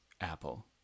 Apple